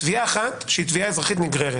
תביעה אחת היא תביעה אזרחית נגררת.